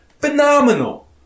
Phenomenal